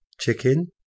Chicken